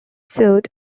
suit